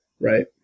Right